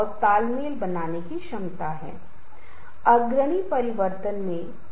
इसलिए हम संघर्ष से बचने के लिए सिर्फ एक दूसरे को समायोजित कर रहे हैं